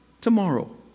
tomorrow